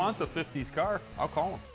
um so fifty s car. i'll call him.